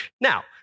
Now